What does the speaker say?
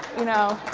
you know?